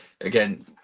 again